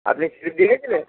আপনি স্লিপ দিয়ে গিয়েছিলেন